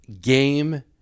game